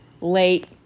late